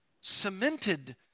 cemented